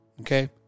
Okay